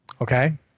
okay